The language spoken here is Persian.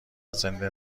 زنده